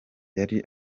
yari